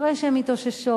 אחרי שהן מתאוששות,